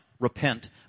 Repent